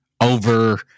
over